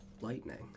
lightning